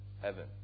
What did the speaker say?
heaven